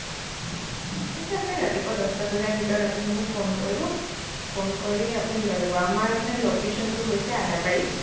ঠিক আছে ৰাতিপুৱা দহটা বজাৰ ভিতৰত আপুনি মোক ফোন কৰিব ফ'ন কৰি আপুনি লৈ ল'ব আমাৰ আপোনাৰ লকেচনটো হৈছে আদাবাৰী